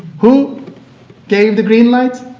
who gave the green light?